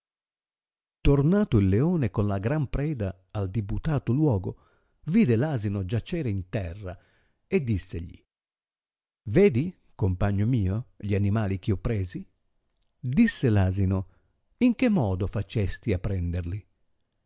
tornato il leone con la gran preda al diputato luogo vide l'asino giacere interra e dissegli vedi compagno mio gli animali ch'io presi disse l'asino in che modo facesti a prenderli